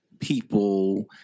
people